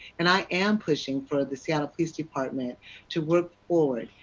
and i am pushing for the seattle police department to work forward,